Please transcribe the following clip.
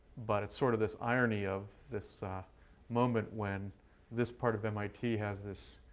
but it's sort of this irony of this ah moment when this part of mit has this